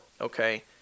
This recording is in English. okay